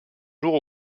jour